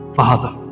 father